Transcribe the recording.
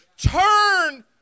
Turn